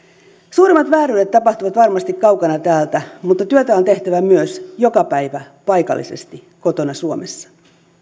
suurimmat vääryydet tapahtuvat varmasti kaukana täältä mutta työtä on tehtävä myös joka päivä paikallisesti kotona suomessa